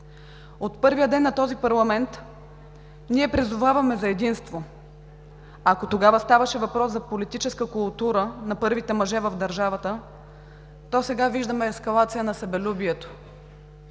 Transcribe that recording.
От първия ден на този парламент ние призоваваме за единство. Ако тогава ставаше въпрос за политическа култура на първите мъже в държавата, то сега виждаме ескалация на себелюбието.